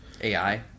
AI